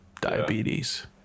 diabetes